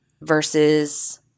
versus